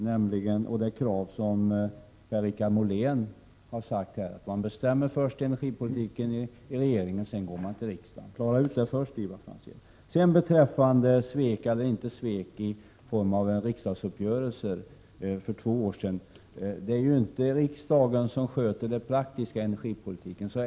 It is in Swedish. Per-Richard Molén har fört fram kravet att regeringen först skall bestämma energipolitiken och sedan gå till riksdagen. Klara ut det först, Ivar Franzén! Beträffande svek eller inte svek i form av en riksdagsuppgörelse för två år sedan vill jag säga att det inte är riksdagen som sköter den praktiska energipolitiken.